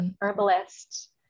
herbalist